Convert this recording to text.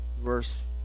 Verse